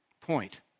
Point